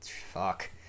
fuck